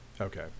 Okay